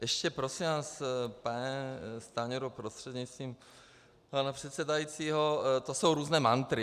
Ještě prosím vás, pane Stanjuro prostřednictvím pana předsedajícího, to jsou různé mantry.